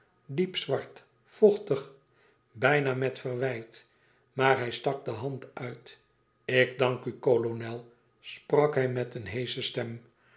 diep zwart vochtig bijna met verwijt maar hij stak de hand uit ik dank u kolonel sprak hij met een heesche stem